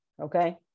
Okay